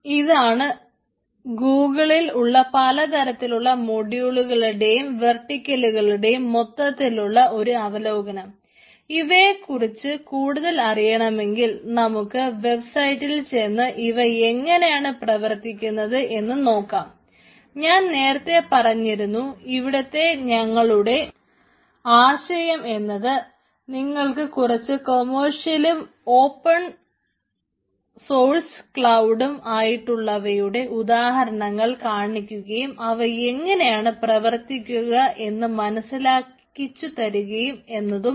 ഇതാണ് ഗൂഗുളിൽ ഉള്ള പല തരത്തിലുള്ള മോഡ്യൂളുകളുടെയും ഉം ആയിട്ടുള്ളവയുടെ ഉദാഹരങ്ങൾ കാണിക്കുകയും അവ എങ്ങനെയാണ് പ്രവർത്തിക്കുക എന്നും മനസ്സിലാക്കിച്ചു തരുക എന്നതുമാണ്